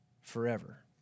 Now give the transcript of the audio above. forever